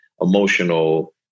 emotional